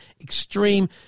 extreme